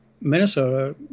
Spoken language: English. Minnesota